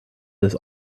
this